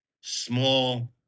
small